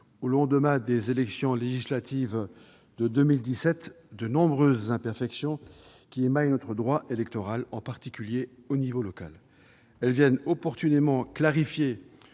au lendemain des élections législatives de 2017, de nombreuses imperfections qui émaillent notre droit électoral, en particulier à l'échelon local. Ils clarifient opportunément le